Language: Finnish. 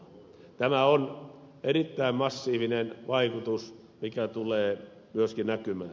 tämä on erittäin massiivinen vaikutus mikä tulee myöskin näkymään